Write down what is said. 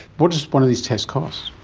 what does one of these tests cost?